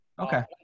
Okay